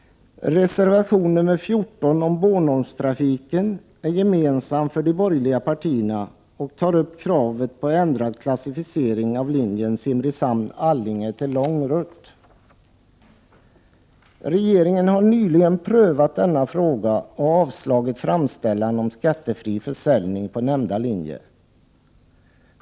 Reservation nr 14 om Bornholmstrafiken är gemensam för de borgerliga partierna och tar upp kravet på ändrad klassificering av linjen Simrishamn — Allinge från kort till lång rutt. Regeringen har nyligen prövat denna fråga och avslagit framställan om skattefri försäljning på nämnda linje.